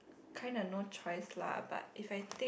kind of no choice lah but if I